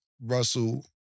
Russell